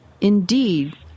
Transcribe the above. indeed